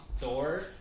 door